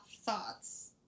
thoughts